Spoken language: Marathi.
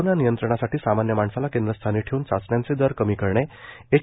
कोरोना नियंत्रणासाठी सामान्य माणसाला केंद्रस्थानी ठेवून चाचण्यांचे दर कमी करणे एच